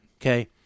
Okay